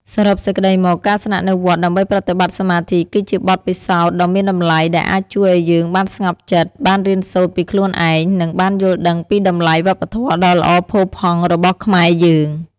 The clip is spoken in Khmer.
សរុបសេចក្តីមក ការស្នាក់នៅវត្តដើម្បីប្រតិបត្តិសមាធិគឺជាបទពិសោធន៍ដ៏មានតម្លៃដែលអាចជួយឱ្យយើងបានស្ងប់ចិត្ត បានរៀនសូត្រពីខ្លួនឯង និងបានយល់ដឹងពីតម្លៃវប្បធម៌ដ៏ល្អផូរផង់របស់ខ្មែរយើង។